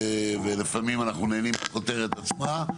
לפעמים אנחנו נהנים מהכותרת עצמה,